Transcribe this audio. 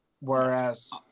Whereas